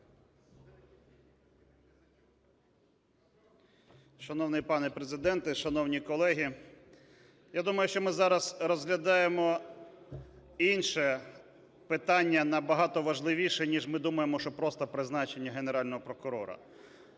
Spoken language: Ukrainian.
Шановний пане Президенте, шановні колеги, я думаю, що ми зараз розглядаємо інше питання, набагато важливіше, ніж ми думаємо, що просто призначення Генерального прокурора.